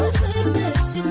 what do